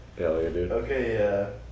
Okay